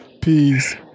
peace